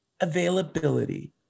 availability